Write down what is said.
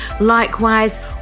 likewise